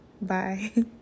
bye